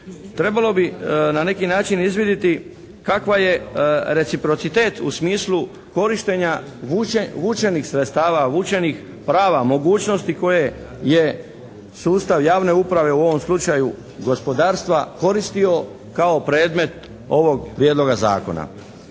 Trebalo bi na neki način izvidjeti kakva je reciprocitet u smislu korištenja vučenih sredstava, vučenih prava, mogućnosti kojeg je sustav javne uprave u ovom slučaju gospodarstva koristio kao predmet ovog prijedloga zakona.